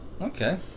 Okay